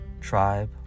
tribe